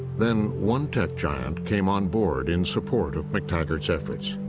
then one tech giant came on board in support of mactaggart's efforts.